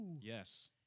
Yes